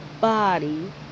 body